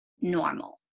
Normal